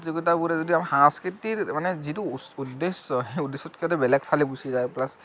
সেই প্ৰতিযোগিতাবোৰে যেতিয়া সাংস্কৃতিৰ মানে যিটো উদ্দেশ্যতকেতো সেই উদ্দেশ্যটকেতো বেলেগ ফালে গুচি যায় প্লাছ